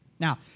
Now